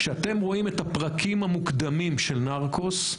כשאתם רואים את הפרקים המוקדמים של נרקוס,